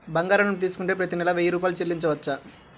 బంగారం లోన్ తీసుకుంటే ప్రతి నెల వెయ్యి రూపాయలు చెల్లించవచ్చా?